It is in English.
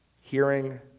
hearing